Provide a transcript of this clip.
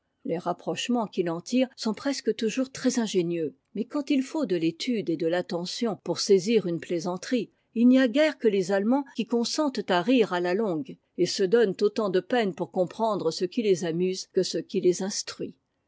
les rapprochements qu'il èn tire sont presque toujours très ingénieux mais quand il faut de l'étude et de l'attention pour saisir une plaisanterie il n'y a guère que les allemands qui consentent à rire à la longue et se donnent autant de peine pour comprendre ce qui les amuse que ce qui les instruit